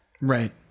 Right